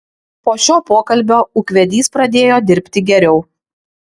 po šio pokalbio ūkvedys pradėjo dirbti geriau